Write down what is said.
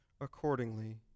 accordingly